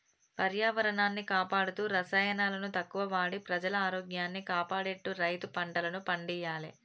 పర్యావరణాన్ని కాపాడుతూ రసాయనాలను తక్కువ వాడి ప్రజల ఆరోగ్యాన్ని కాపాడేట్టు రైతు పంటలను పండియ్యాలే